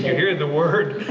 hear the word?